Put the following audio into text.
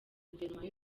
guverinoma